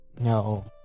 no